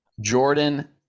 Jordan